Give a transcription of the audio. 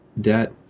debt